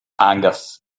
Angus